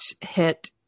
hit